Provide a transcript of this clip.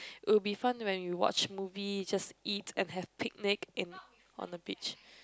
will be fun when you watch movie just eat and have picnic in on the beach